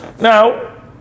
Now